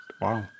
Wow